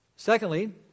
Secondly